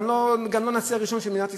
גם לא לנשיא הראשון של מדינת ישראל,